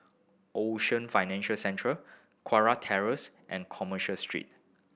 Ocean Financial Centre Kurau Terrace and Commerce Street